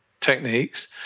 techniques